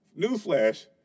newsflash